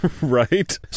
Right